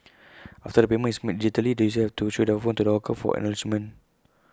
after the payment is made digitally the users have to show their phone to the hawker for acknowledgement